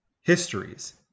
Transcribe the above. Histories